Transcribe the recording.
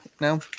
now